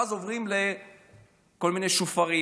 ואז עוברים לכל מיני שופרות.